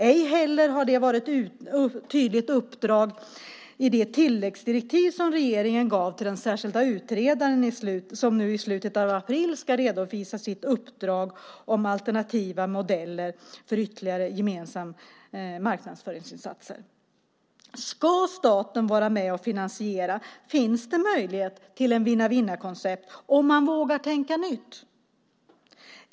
Ej heller har det varit ett tydligt uppdrag i det tilläggsdirektiv som regeringen gav till den särskilda utredare som i slutet av april ska redovisa sitt uppdrag om alternativa modeller för ytterligare gemensamma marknadsföringsinsatser. Ska staten vara med och finansiera finns det möjlighet till ett vinna-vinna-koncept om man vågar tänka nytt.